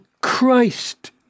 Christ